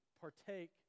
partake